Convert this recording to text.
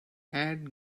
add